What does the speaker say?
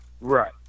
right